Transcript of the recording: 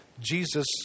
Jesus